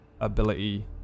ability